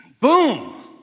Boom